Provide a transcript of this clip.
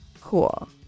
Cool